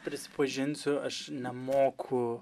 prisipažinsiu aš nemoku